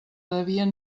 devien